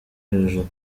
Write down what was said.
hejuru